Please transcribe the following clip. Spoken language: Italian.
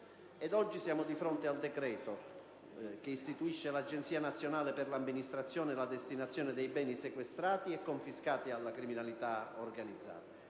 oggi siamo di fronte al decreto che istituisce l'Agenzia nazionale per l'amministrazione e la destinazione dei beni sequestrati e confiscati alla criminalità organizzata.